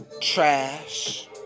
trash